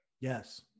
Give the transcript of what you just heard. Yes